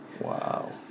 Wow